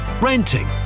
renting